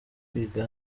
kwiga